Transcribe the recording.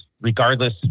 regardless